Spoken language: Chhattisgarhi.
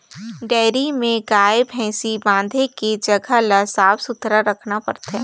डेयरी में गाय, भइसी बांधे के जघा ल साफ सुथरा रखना परथे